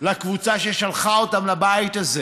לקבוצה ששלחה אותם לבית הזה,